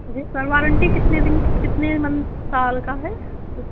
جی sir warranty کتنے دن کتنے منت سال کا ہے